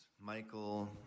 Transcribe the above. Michael